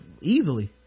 easily